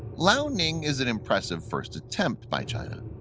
liaoning is an impressive first attempt by china.